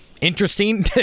interesting